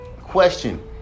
question